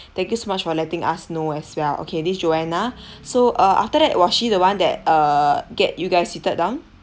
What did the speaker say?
thank you so much for letting us know as well okay this joanna so uh after that was she the one that uh get you guys seated down